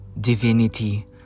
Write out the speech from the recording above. divinity